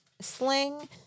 Sling